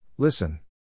Listen